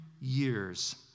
years